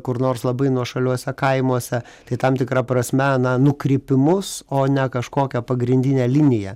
kur nors labai nuošaliuose kaimuose tai tam tikra prasme nukrypimus o ne kažkokią pagrindinę liniją